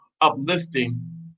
uplifting